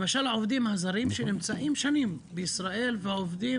למשל העובדים הזרים שנמצאים שנים בישראל ועובדים